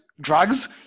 drugs